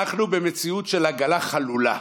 אנחנו במציאות של עגלה חלולה.